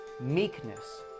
meekness